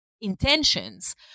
intentions